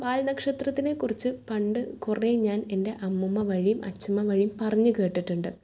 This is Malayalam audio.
വാൽനക്ഷത്രത്തിനെക്കുറിച്ച് പണ്ട് കുറെ ഞാൻ എൻ്റെ അമ്മുമ്മ വഴിയും അച്ചമ്മ വഴിയും പറഞ്ഞ് കേട്ടിട്ടുണ്ട്